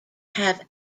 have